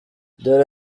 dore